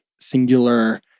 singular